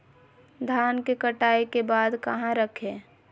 धान के कटाई के बाद कहा रखें?